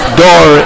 door